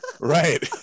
Right